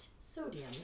sodium